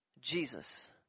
Jesus